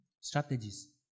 strategies